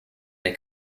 they